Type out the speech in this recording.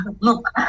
look